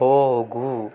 ಹೋಗು